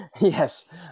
Yes